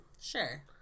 Sure